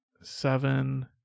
seven